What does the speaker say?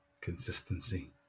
Consistency